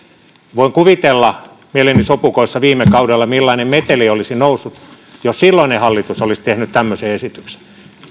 voin kuvitella mieleni sopukoissa millainen meteli olisi noussut jos silloinen hallitus olisi tehnyt tämmöisen esityksen